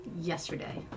yesterday